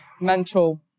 mental